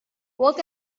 work